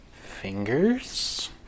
fingers